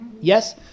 Yes